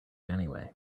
anyway